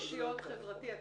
אנחנו